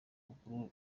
rukuru